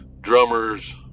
drummers